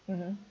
mmhmm